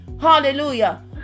hallelujah